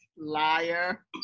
Liar